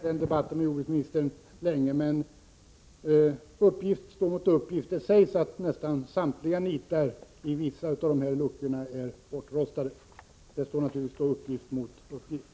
Herr talman! Jag skall inte förlänga debatten. Det sägs att nästan samtliga nitar i vissa av dessa luckor är bortrostade. Här står alltså uppgift mot uppgift.